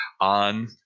on